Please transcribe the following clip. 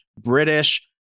British